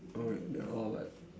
oh wait they are all like